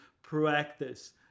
practice